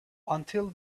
until